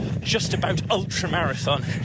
just-about-ultra-marathon